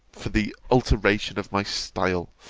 for the alteration of my style.